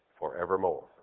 forevermore